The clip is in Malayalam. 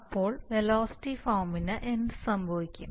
അപ്പോൾ വെലോസിറ്റി ഫോമിന് എന്ത് സംഭവിക്കും